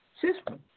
system